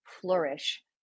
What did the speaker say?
flourish